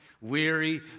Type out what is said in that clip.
Weary